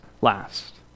last